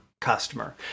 customer